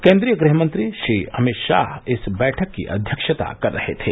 केन्द्रीय गृहमंत्री श्री अमित शाह इस बैठक की अध्यक्षता कर रहे थे